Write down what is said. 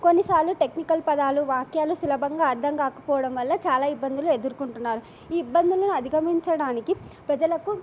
కొన్నిసార్లు టెక్నికల్ పదాలు వాక్యాలు సులభంగా అర్థం కాకపోవడం వల్ల చాలా ఇబ్బందులు ఎదుర్కుంటున్నారు ఈ ఇబ్బందులను అధిగమించడానికి ప్రజలకు